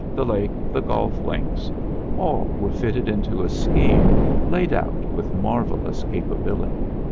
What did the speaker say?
the lake, the golf links all were fitted into a scheme laid out with marvelous capability.